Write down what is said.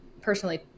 personally